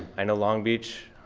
i know long beach.